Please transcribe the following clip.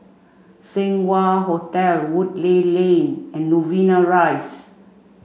Seng Wah Hotel Woodleigh Lane and Novena Rise